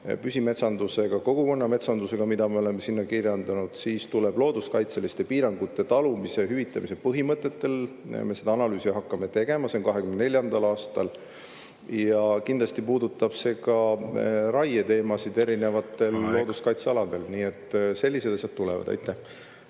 püsimetsandusega, kogukonna metsandusega, mida me oleme seal kirjeldanud. Tulevad looduskaitseliste piirangute talumise hüvitamise põhimõtted, me seda analüüsi hakkame tegema, see on 2024. aastal. Ja kindlasti puudutab see ka raieteemasid erinevatel looduskaitsealadel. Nii et sellised asjad tulevad. Aitäh!